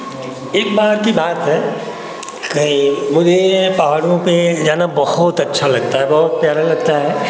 एक बार की बात है कहीं मुझे पहाड़ों पे जाना बहुत अच्छा लगता है बहुत प्यारा लगता है